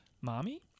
Mommy